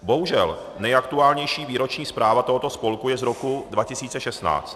Bohužel nejaktuálnější výroční zpráva tohoto spolku je z roku 2016.